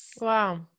Wow